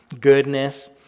goodness